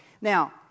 Now